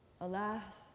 Alas